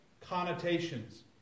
connotations